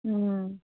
ம்